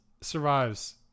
survives